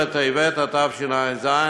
בטבת התשע”ז,